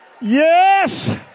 Yes